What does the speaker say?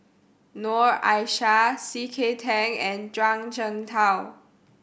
Noor Aishah C K Tang and Zhuang Shengtao